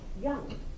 young